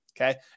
okay